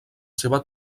seva